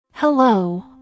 Hello